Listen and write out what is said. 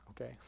Okay